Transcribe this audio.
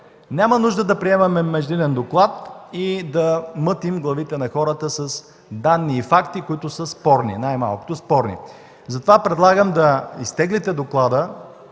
Няма нужда да приемаме междинен доклад и да мътим главите на хората с данни и факти, които са спорни, най-малкото – спорни. Затова предлагам да изтеглите доклада